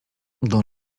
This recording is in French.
dans